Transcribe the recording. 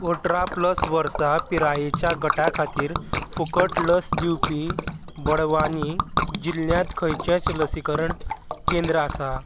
अठरा प्लस वर्सां पिरायेच्या गटा खातीर फुकट लस दिवपी बडवानी जिल्ल्यांत खंयचेंय लसीकरण केंद्र आसा